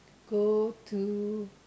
go to